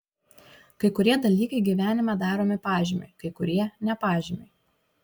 kai kurie dalykai gyvenime daromi pažymiui kai kurie ne pažymiui